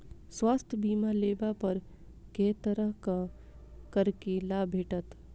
स्वास्थ्य बीमा लेबा पर केँ तरहक करके लाभ भेटत?